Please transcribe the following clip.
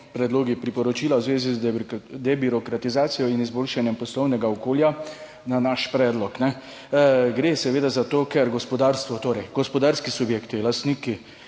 Predlogi priporočil v zvezi z debirokratizacijo in izboljšanjem poslovnega okolja na naš predlog, gre seveda za to, ker gospodarstvo, torej gospodarski subjekti, lastniki